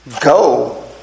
go